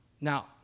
Now